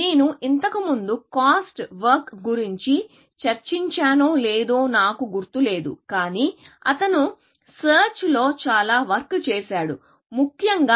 నేను ఇంతకుముందు cost work గురించి చర్చించానో లేదో నాకు గుర్తు లేదు కాని అతను సెర్చ్ లో చాలా వర్క్ చేసాడు ముఖ్యంగా